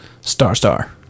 Star-Star